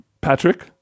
patrick